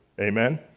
amen